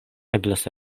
eblas